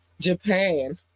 japan